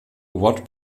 what